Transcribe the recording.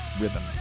rhythm